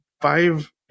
five